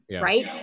right